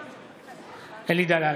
נגד אלי דלל,